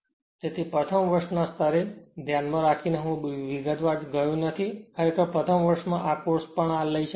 તેથી પ્રથમ વર્ષ ને ધ્યાન માં રાખીને હું બહુ વિગતવાર ગયો નથી ખરેખર પ્રથમ વર્ષમાં આ કોર્સ કોઈ પણ આ લઈ શકે છે